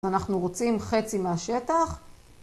אנחנו רוצים חצי מהשטח.